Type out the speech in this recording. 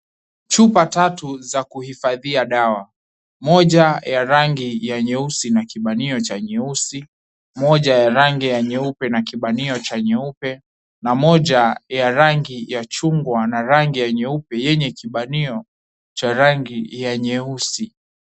Chupa tatu za kuhifadhia dawa. Moja ya rangi ya nyeusi na kibanio cha rangi nyeusi. Moja ya rangi nyeupe na kibanio cha rangi nyeupe na moja ya rangi ya chungwa na rangi ya nyeupe yenye kibanio cha rangi ya nyeusi.